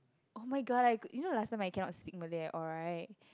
oh-my-god I could you know last time I cannot speak Malay at all right